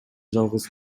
жалгыз